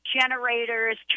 generators